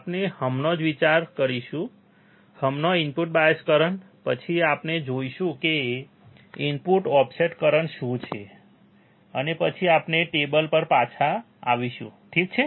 આપણે હમણાં જ વિચાર કરીશું હમણાં ઇનપુટ બાયસ કરંટ પછી આપણે જોઈશું કે ઇનપુટ ઓફસેટ કરંટ શું છે અને પછી આપણે ટેબલ પર પાછા આવીશું ઠીક છે